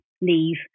leave